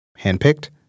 handpicked